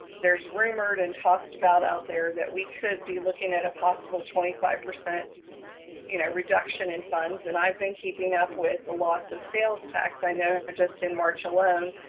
there's rumored and tossed about out there, that we could be looking at a possible twenty five percent you know reduction in funds. and i've been keeping up with the loss of sales tax. i know but just in march alone,